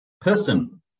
person